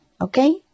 Okay